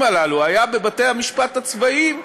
הללו כלפיהם היה בבתי-המשפט הצבאיים,